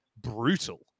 brutal